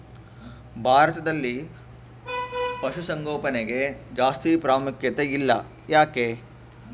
ಭಾರತದಲ್ಲಿ ಪಶುಸಾಂಗೋಪನೆಗೆ ಜಾಸ್ತಿ ಪ್ರಾಮುಖ್ಯತೆ ಇಲ್ಲ ಯಾಕೆ?